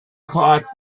caught